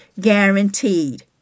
guaranteed